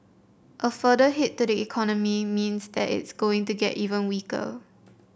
a further hit to the economy means that it's going to get even weaker